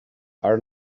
are